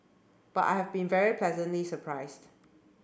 but I have been very pleasantly surprised